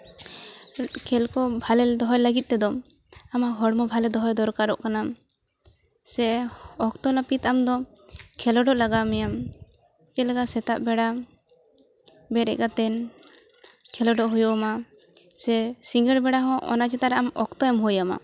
ᱠᱷᱮᱹᱞ ᱠᱚ ᱵᱷᱟᱞᱮ ᱫᱚᱦᱚᱭ ᱞᱟᱹᱜᱤᱫ ᱛᱮᱫᱚ ᱟᱢᱟᱜ ᱦᱚᱲᱢᱚ ᱵᱷᱟᱞᱮ ᱫᱚᱦᱚᱭ ᱫᱚᱨᱠᱟᱨᱚᱜ ᱠᱟᱱᱟ ᱥᱮ ᱚᱠᱛᱚ ᱱᱟᱹᱯᱤᱛ ᱟᱢᱫᱚ ᱠᱷᱮᱹᱞᱳᱰᱚᱜ ᱞᱟᱜᱟᱣ ᱢᱮᱭᱟ ᱪᱮᱫᱞᱮᱠᱟ ᱥᱮᱛᱟᱜ ᱵᱮᱲᱟ ᱵᱮᱨᱮᱫ ᱠᱟᱛᱮᱫ ᱠᱷᱮᱞᱳᱰᱚᱜ ᱦᱩᱭᱩᱜ ᱢᱟ ᱥᱮ ᱥᱤᱸᱜᱟᱹᱲ ᱵᱮᱲᱟ ᱦᱚᱸ ᱚᱱᱟ ᱪᱮᱛᱟᱱ ᱨᱮ ᱚᱠᱛᱚ ᱮᱢ ᱦᱩᱭᱟᱢᱟ